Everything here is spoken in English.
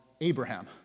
Abraham